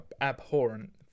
abhorrent